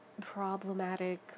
problematic